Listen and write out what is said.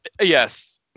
Yes